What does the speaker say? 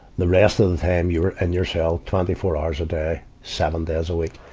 the rest of the time, you were in your cell twenty four hours a day, seven days a week.